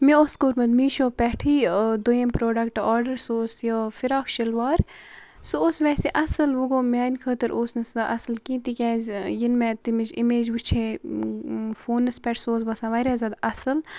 مےٚ اوس کوٚرمُت میٖشو پٮ۪ٹھٕ یہِ دوٚیِم پرٛوڈَکٹ آرڈَر سُہ اوس یہٕ فِراک شلوار سُہ اوس ویسے اَصٕل وۄنۍ گوٚو میانہِ خٲطرٕ اوس نہٕ سُہ اصٕل کینٛہہ تِکیازِ ییٚلہِ مےٚ تَمِچ اِمیج وٕچھے فونَس پٮ۪ٹھ سُہ اوس باسان واریاہ زیادٕ اَصٕل